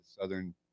Southern